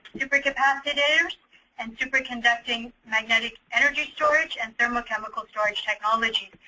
super-capacitors and super conducting magnetic energy storage and thermochemical storage technology.